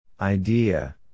Idea